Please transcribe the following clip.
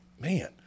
man